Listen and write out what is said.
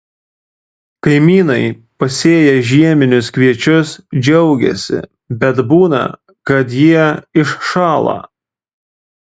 kaimynai pasėję žieminius kviečius džiaugiasi bet būna kad jie iššąla